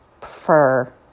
prefer